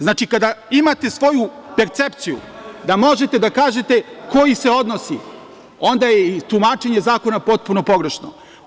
Znači, kada imate svoju percepciju da možete da kažete – koji se odnosi, onda je i tumačenje zakona potpuno pogrešno.